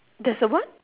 there's a what